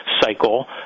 cycle